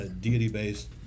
deity-based